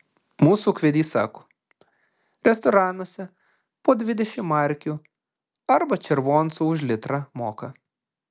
mūsų ūkvedys sako restoranuose po dvidešimt markių arba červoncų už litrą moka